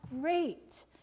great